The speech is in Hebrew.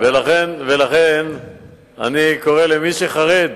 לכן אני קורא למי שחרד